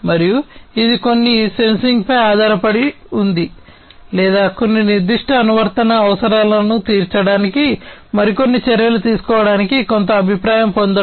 మరియు ఇది కొన్ని సెన్సింగ్పై ఆధారపడింది లేదా కొన్ని నిర్దిష్ట అనువర్తన అవసరాలను తీర్చడానికి మరికొన్ని చర్యలు తీసుకోవటానికి కొంత అభిప్రాయాన్ని పొందడం